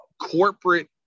corporate